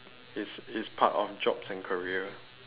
it's it's part of jobs and career